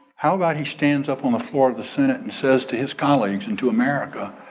how about he stands up on the floor of the senate and says to his colleagues and to america,